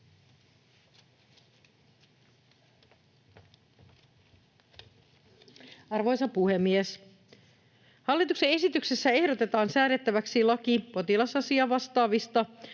Arvoisa puhemies! Hallituksen esityksessä ehdotetaan säädettäväksi laki potilasasiavastaavista